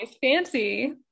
fancy